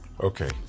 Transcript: okay